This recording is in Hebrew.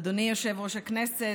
אדוני יושב-ראש הכנסת,